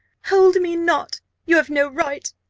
hold me not you have no right,